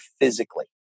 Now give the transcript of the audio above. physically